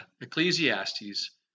Ecclesiastes